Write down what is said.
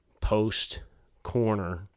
post-corner